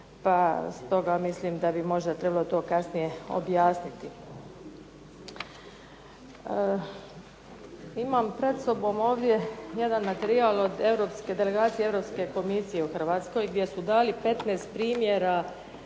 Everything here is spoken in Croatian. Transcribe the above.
Pa stoga mislim da bi možda trebalo to kasnije objasniti. Imam pred sobom ovdje jedan materijal od europske, delegacije Europske Komisije u Hrvatskoj gdje su dali 15 primjera